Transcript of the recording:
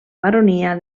baronia